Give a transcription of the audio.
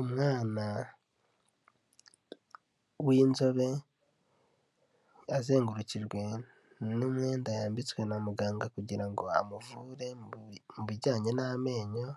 Umwana w'inzobe, azengurukijwe n'umwenda yambitswe na muganga kugira ngo amuvure mubijyanye n'amenyo